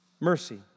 mercy